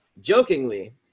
Jokingly